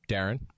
Darren